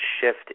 shift